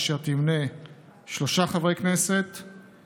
אשר תמנה שלושה חברי כנסת,